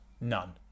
None